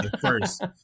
first